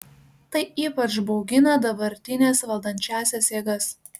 tai ypač baugina dabartines valdančiąsias jėgas